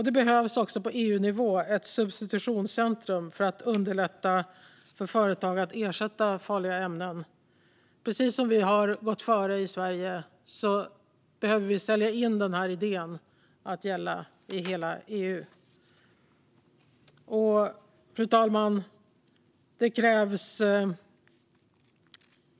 Det behövs också på EU-nivå ett subsitutionscentrum för att underlätta för företag att ersätta farliga ämnen. Precis som vi i Sverige har gått före behöver vi sälja in denna idé att gälla i hela EU. Fru talman!